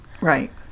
Right